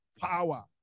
power